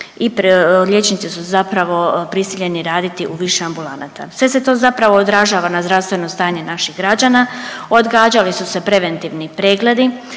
i liječnici su zapravo prisiljeni raditi u više ambulanata. Sve se to zapravo odražava na zdravstveno stanje naših građana. Odgađali su se preventivni pregledi,